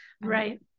Right